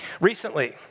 Recently